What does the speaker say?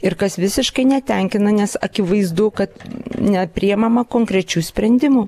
ir kas visiškai netenkina nes akivaizdu kad nepriimama konkrečių sprendimų